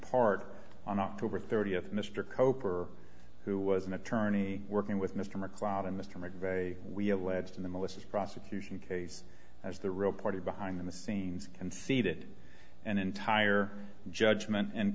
part on october thirtieth mr kolker who was an attorney working with mr macleod and mr mcveigh we alleged in the malicious prosecution case as the real party behind the scenes and seated and entire judgment and